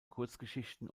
kurzgeschichten